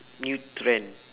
new trend